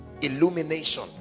Illumination